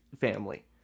family